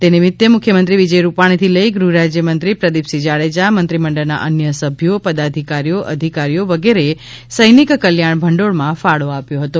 એ નિમિત્તે મુખ્યમંત્રી વિજય રૂપાણીથી લઇ ગૃહરાજ્યમંત્રી પ્રદીપસિંહ જાડેજા મંત્રીમંડળના અન્ય સભ્યો પદાધિકારીઓ અધિકારીઓ વગેરેએ સૈનિક કલ્યાણ ભંડોળમાં ફાળો આપ્યો હતો